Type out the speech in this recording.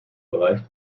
bereich